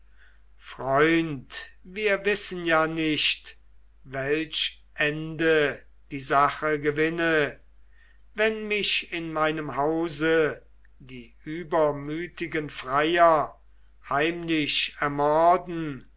freund wir wissen ja nicht welch ende die sache gewinne wenn mich in meinem hause die übermütigen freier heimlich ermorden